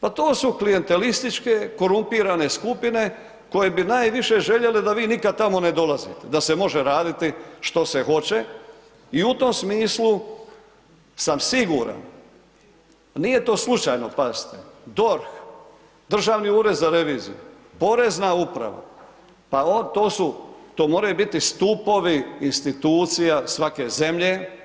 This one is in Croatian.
Pa to su klijentelističke, korumpirane skupine koje bi najviše željele da vi nikad tamo ne dolazite, da se može raditi što se hoće i u tom smislu sam siguran, nije to slučajno, pazite, DORH, Državni ured za reviziju, porezna uprava, pa to su, to moraju biti stupovi institucija svake zemlje.